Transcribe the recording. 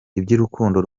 iby’urukundo